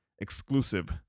Exclusive